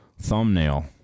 thumbnail